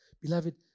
Beloved